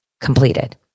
completed